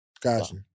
Gotcha